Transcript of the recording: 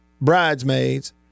bridesmaids